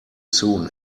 soon